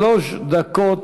שלוש דקות